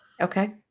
Okay